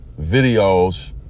videos